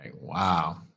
Wow